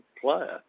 player